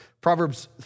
Proverbs